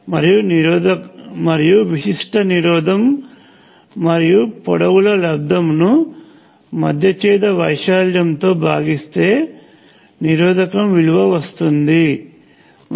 మరియు విశిష్ట నిరోధం మరియు పొడవుల లబ్దమును మధ్యచ్ఛేద వైశాల్యంతో భాగిస్తే నిరోధకము విలువ వస్తుందిRlA